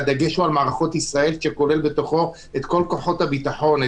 והדגש הוא על מערכות ישראל שכולל בתוכו את כל כוחות הביטחון: